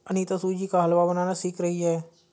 अनीता सूजी का हलवा बनाना सीख रही है